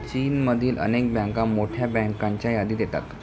चीनमधील अनेक बँका मोठ्या बँकांच्या यादीत येतात